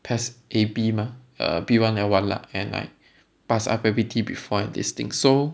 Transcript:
PES A B mah err B one L one lah and I pass I_P_P_T before enlisting so